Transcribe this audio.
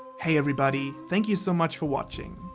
hey everybody. thank you so much for watching.